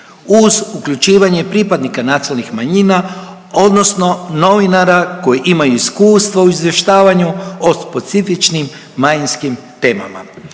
uz uključivanje pripadnika nacionalnih manjina odnosno novinara koji imaju iskustvo u izvještavanju o specifičnim manjinskim temama.